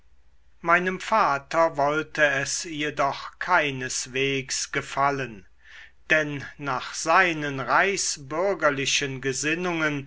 meinem vater wollte es jedoch keineswegs gefallen denn nach seinen reichsbürgerlichen gesinnungen